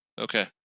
Okay